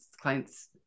clients